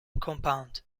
compound